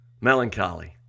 Melancholy